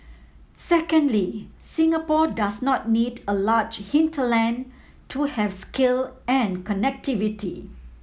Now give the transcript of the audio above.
secondly Singapore does not need a large hinterland to have scale and connectivity